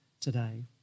today